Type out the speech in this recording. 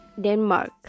Denmark